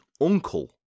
Uncle